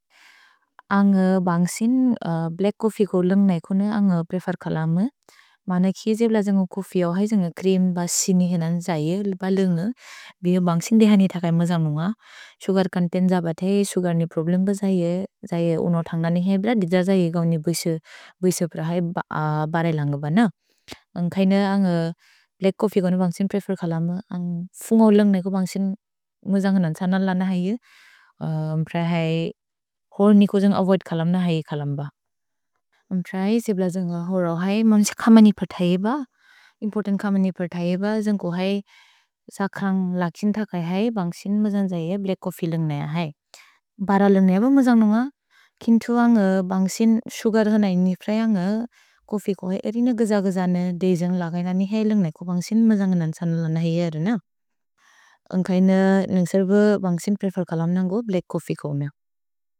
अन्ग् बन्ग्सिन्, black coffee कोनो लन्ग् नैकोन अन्ग् प्रेफेर् खलम। मन कि जे बिल जन्गो चोफ्फी औ है जन्गो क्रिम् ब सिनि हेनन् जैए। लुप लन्ग्न, बिओ बन्ग्सिन् देहनि थकै मजन्गुन्ग। सुगर् चोन्तेन्त् जबते, सुगर् नि प्रोब्लेम् ब जैए। जैए उनो थन्ग्लनि हेब्र, दि त्स जैए गौनि बुइसे, बुइसे प्रहै बरै लन्ग्ब न। अन्ग् खैन अन्ग् ब्लच्क् चोफ्फी कोनो बन्ग्सिन् प्रेफेर् खलम। अन्ग् फुन्गौ लन्ग् नैकोन बन्ग्सिन् मजन्गुनन् त्स नलन है। अम्प्र है, होरि निको जन्गो अवोइद् खलम न है खलम्ब। अम्प्र है, जेब्ल जन्गो होरो है। मन सि खमनि प्रथहि ब। इम्पोर्तन्त् खमनि प्रथहि ब। जन्गो है, सख्रन्ग् लकिन् थकै है। भन्ग्सिन् मजन्ग् जैए ब्लच्क् चोफ्फी लन्ग्न है। भर लन्ग्न हेब मजन्गुन्ग। किन्तुअ न्ग बन्ग्सिन् सुगर् न इनिप्रय न्ग। छोफ्फी को है एरिन गज गज न। देय् जन्गो लगैन नि है लन्ग्न है। को बन्ग्सिन् मजन्गुनन् त्स नलन है। अन्ग् खैन नन्ग्सेर्बु बन्ग्सिन् प्रेफेर् खलम नन्गो ब्लच्क् चोफ्फी कोनो मेअ।